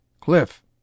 Cliff